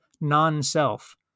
non-self